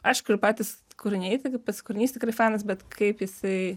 aišku ir patys kūriniai tai kaip pats kūrinys tikrai fainas bet kaip jisai